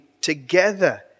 together